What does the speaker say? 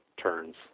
turns